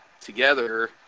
together